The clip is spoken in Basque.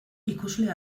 ikusle